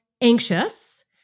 anxious